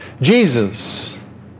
Jesus